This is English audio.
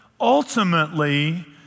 ultimately